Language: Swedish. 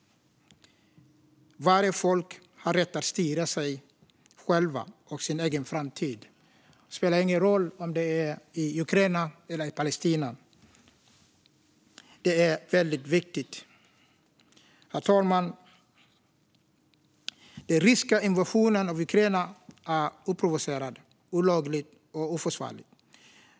Varje folk har rätt att styra sig självt och sin egen framtid. Det spelar ingen roll om det är Ukraina eller Palestina. Detta är väldigt viktigt. Herr talman! Den ryska invasionen av Ukraina är oprovocerad, olaglig och oförsvarlig.